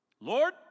Lord